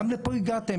גם לפה הגעתם?